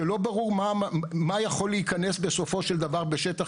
שלא ברור מה יכול להיכנס בסופו של דבר בשטח